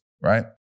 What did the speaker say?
right